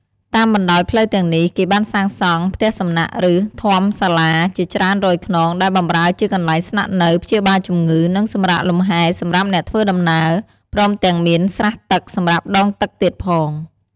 តាមបណ្ដោយផ្លូវទាំងនេះ គេបានសាងសង់ "ផ្ទះសំណាក់" ឬ "ធម្មសាលា"ជាច្រើនរយខ្នង ដែលបម្រើជាកន្លែងស្នាក់នៅ ព្យាបាលជំងឺ និងសំរាកលំហែសម្រាប់អ្នកធ្វើដំណើរ ព្រមទាំងមាន ស្រះទឹក សម្រាប់ដងទឹកទៀតផង។